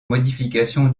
modification